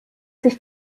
sich